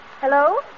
Hello